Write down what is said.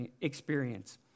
experience